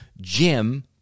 Jim